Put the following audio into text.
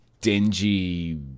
dingy